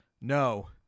no